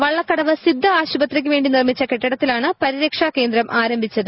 വള്ളക്കടവ് സിദ്ധ ആശുപത്രിക്കുവേണ്ടി നിർമ്മിച്ച കെട്ടിടത്തിലാണ് പരിരക്ഷാ കേന്ദ്രം ആരംഭിച്ചത്